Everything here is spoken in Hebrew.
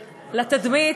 לתדמית,